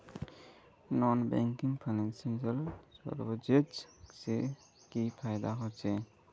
Non banking financial services से की फायदा होचे?